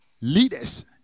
leaders